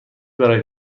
برای